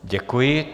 Děkuji.